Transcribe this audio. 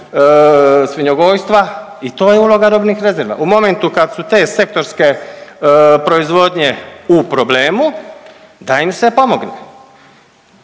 svinjogojstva i to je uloga robnih rezerva. U momentu kad su te sektorske proizvodnje u problemu da im se pomogne.